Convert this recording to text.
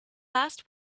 last